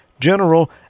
general